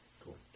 Cool